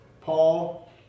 Paul